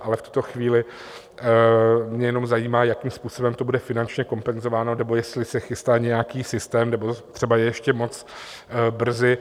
V tuto chvíli mě jenom zajímá, jakým způsobem to bude finančně kompenzováno, nebo jestli se chystá nějaký systém, nebo je třeba ještě moc brzy.